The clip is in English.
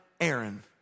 Aaron